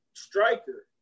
Striker